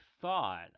thought